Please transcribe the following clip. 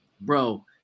Bro